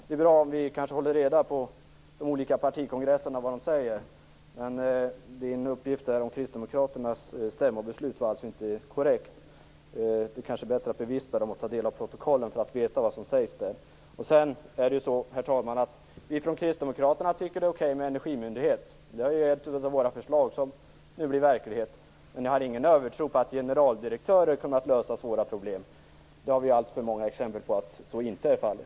Det är bra om vi håller reda på vad som sägs på de olika partikongresserna. Uppgiften om Kristdemokraternas stämmobeslut var alltså inte korrekt. Det är kanske bättre att bevista stämmorna och att ta del av protokollen, så att man vet vad som sägs. Herr talman! Vi från Kristdemokraterna tycker att det är okej med en energimyndighet. Det är ett av våra förslag som nu blir verklighet. Men vi har ingen övertro på att generaldirektörer kommer att lösa svåra problem. Vi har alltför många exempel på att så inte är fallet.